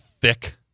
thick